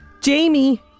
Jamie